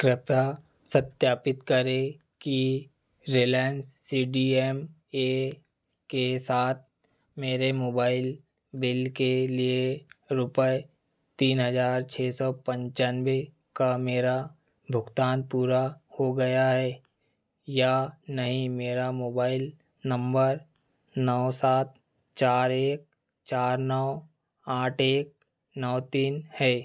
कृप्या सत्यापित करें कि Reliance C D M A के साथ मेरे मोबाइल बिल के लिए रुपये तीन हज़ार छः सौ पंचानवे का मेरा भुगतान पूरा हो गया है या नहीं मेरा मोबाइल नंबर नौ सात चार एक चार नौ आठ एक नौ तीन है